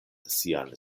sian